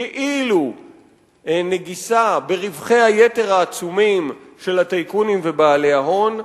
כאילו נגיסה ברווחי היתר העצומים של הטייקונים ובעלי ההון,